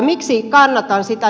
miksi kannatan sitä